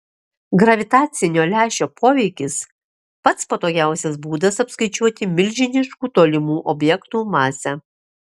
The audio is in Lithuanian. gravitacinio lęšio poveikis pats patogiausias būdas apskaičiuoti milžiniškų tolimų objektų masę